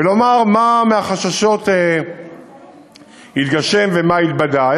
ולומר מה מהחששות התגשם ומה התבדה.